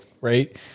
Right